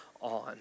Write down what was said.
on